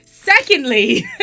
Secondly